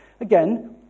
Again